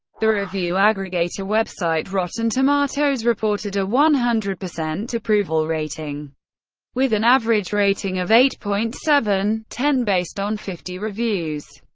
the review aggregator website rotten tomatoes reported a one hundred percent approval rating with an average rating of eight point seven ten based on fifty reviews.